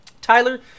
Tyler